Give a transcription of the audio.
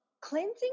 cleansing